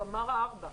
הוא אמר ארבע.